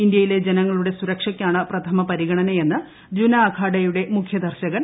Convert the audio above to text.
ഇന്ത്യയിലെ ജനങ്ങളുടെ സുരക്ഷയ്ക്കാണ് പ്രഥമ് പരിഗണനയെന്ന് ജുന അഖാഡയുടെ മുഖ്യദർശകൻ